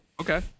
Okay